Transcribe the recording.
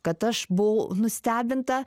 kad aš buvau nustebinta